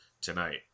tonight